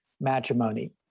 Matrimony